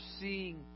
seeing